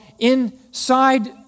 Inside